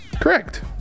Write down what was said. Correct